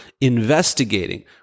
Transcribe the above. investigating